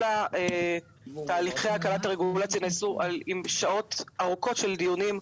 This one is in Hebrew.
כל תהליכי הטלת הרגולציה נעשו אחרי שעות ארוכות של דיונים,